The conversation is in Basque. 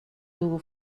dugu